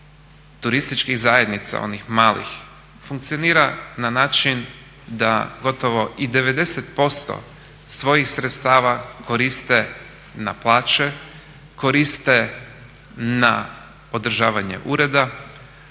turističkih zajednica, onih malih, funkcionira na način da gotovo i 90% svojih sredstava koriste na plaće, koriste na održavanje ureda,